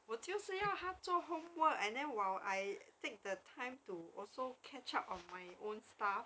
我就是要他做 homework and then while I take the time to also catch up on my own stuff